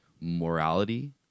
morality